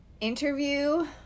interview